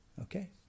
Okay